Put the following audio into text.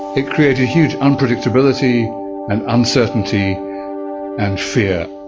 it created huge unpredictability and uncertainty and fear.